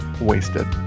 Wasted